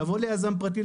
לבוא ליזם פרטי,